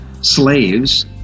slaves